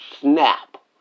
snap